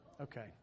Okay